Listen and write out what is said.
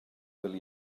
fel